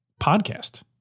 podcast